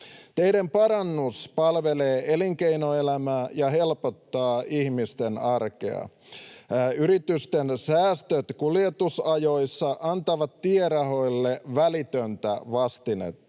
Teiden parannus palvelee elinkeinoelämää ja helpottaa ihmisten arkea. Yritysten säästöt kuljetusajoissa antavat tierahoille välitöntä vastinetta.